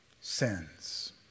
sins